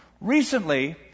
Recently